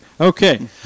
Okay